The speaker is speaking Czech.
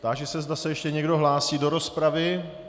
Táži se, zda se ještě někdo hlásí do rozpravy.